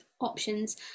options